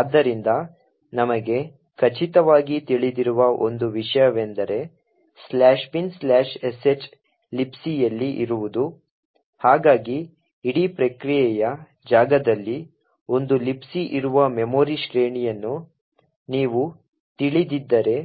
ಆದ್ದರಿಂದ ನಮಗೆ ಖಚಿತವಾಗಿ ತಿಳಿದಿರುವ ಒಂದು ವಿಷಯವೆಂದರೆ binsh Libcಯಲ್ಲಿ ಇರುವುದು ಹಾಗಾಗಿ ಇಡೀ ಪ್ರಕ್ರಿಯೆಯ ಜಾಗದಲ್ಲಿ ಒಂದು Libc ಇರುವ ಮೆಮೊರಿ ಶ್ರೇಣಿಯನ್ನು ನೀವು ತಿಳಿದಿದ್ದರೆ